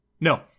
No